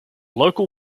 local